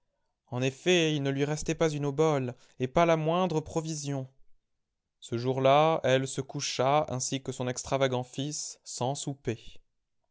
en effet il ne lui restait pas une obole et pas la moindre provision ce jour-là elle se coucha ainsi que son extravagant fils sans souper